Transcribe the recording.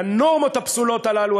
לנורמות הפסולות האלה,